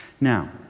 now